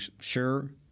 sure